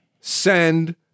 send